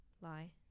lie